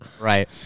Right